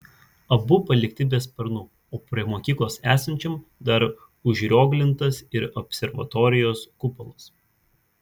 abu palikti be sparnų o prie mokyklos esančiam dar užrioglintas ir observatorijos kupolas